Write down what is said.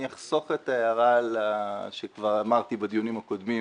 אני אחסוך את ההערה שכבר אמרתי בדיונים הקודמים